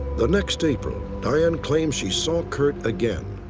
the next april, diane claims she saw curt again.